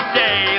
day